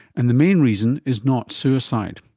and the main reason is not suicide.